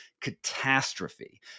catastrophe